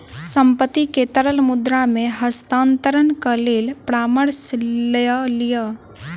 संपत्ति के तरल मुद्रा मे हस्तांतरणक लेल परामर्श लय लिअ